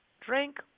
Drink